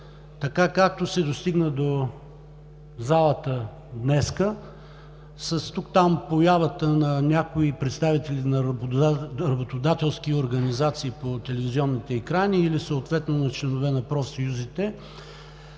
така както се достигна до залата днес с тук-там появата на някои представители на работодателски организации по телевизионните екрани или съответно на членове на Профсъюзите,